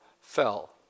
fell